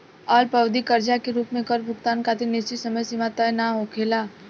अल्पअवधि कर्जा के रूप में कर भुगतान खातिर निश्चित समय सीमा तय ना होखेला